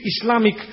Islamic